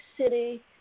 City